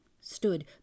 stood